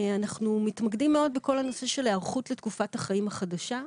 אנחנו מתמקדים מאוד בכל הנושא של היערכות לתקופת החיים החדשה.